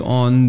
on